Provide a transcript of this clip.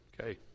okay